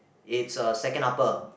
it's a second upper